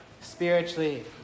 spiritually